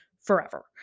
forever